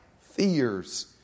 fears